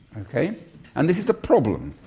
and this is a problem.